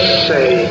say